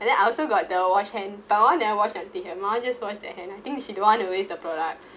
and then I also got the wash hand that one I only washed until here my mom just washed her hand I think she just don't want to waste the product